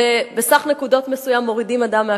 ובסך נקודות מסוים מורידים אדם מהכביש.